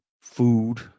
food